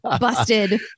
Busted